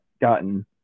gotten